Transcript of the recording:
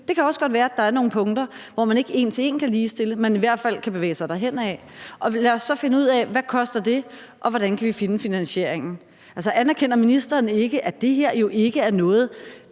Det kan også godt være, der er nogle punkter, hvor man ikke en til en kan ligestille, men i hvert fald kan bevæge sig derhenad. Og lad os så finde ud af, hvad det koster, og hvordan vi kan finde finansieringen. Altså, anerkender ministeren ikke, at det her jo ikke er noget,